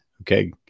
Okay